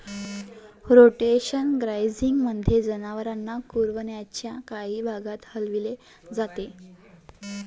rotational ग्राझिंगमध्ये, जनावरांना कुरणाच्या काही भागात हलवले जाते